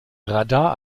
radar